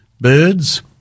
Birds